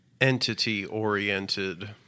entity-oriented